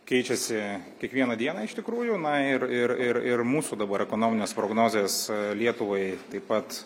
keičiasi kiekvieną dieną iš tikrųjų na ir ir ir ir mūsų dabar ekonominės prognozės lietuvai taip pat